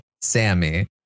Sammy